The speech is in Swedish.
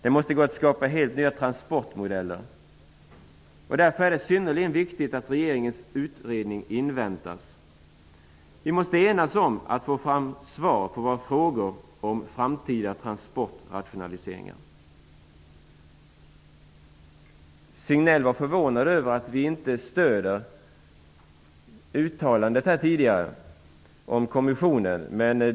Det måste gå att skapa helt nya transportmodeller. Därför är det synnerligen viktigt att regeringens utredning inväntas. Vi måste enas om att det är viktigt att vi får fram svar på våra frågor om framtida transportrationaliseringar. Signell var förvånad över att vi inte stöder det uttalande som gjordes om en kommission.